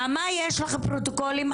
נעמה יש לך פרוטוקולים,